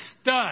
stud